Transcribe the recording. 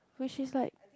which is like